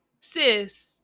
sis